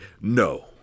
No